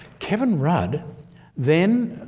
kevin rudd then